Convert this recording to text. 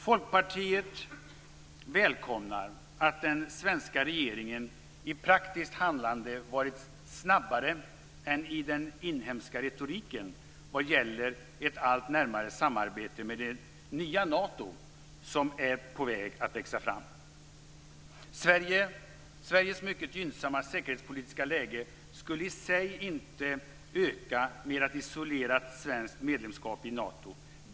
Folkpartiet välkomnar att den svenska regeringen i praktiskt handlande har varit snabbare än i den inhemska retoriken vad gäller ett allt närmare samarbete med det nya Nato som är på väg att växa fram. Sveriges mycket gynnsamma säkerhetspolitiska läge skulle i sig inte förbättras genom ett isolerat svenskt medlemskap i Nato.